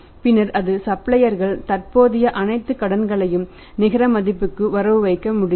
பின்னர் அது சப்ளையர்கள் தற்போதைய அனைத்து கடன்களையும் நிகர மதிப்புக்கு வரவு வைக்க முடியும்